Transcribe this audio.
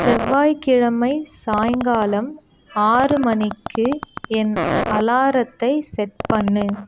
செவ்வாய்க்கிழமை சாய்ங்காலம் ஆறு மணிக்கு என் அலாரத்தை செட் பண்ணு